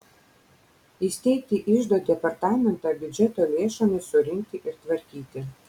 įsteigti iždo departamentą biudžeto lėšoms surinkti ir tvarkyti